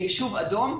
בישוב אדום,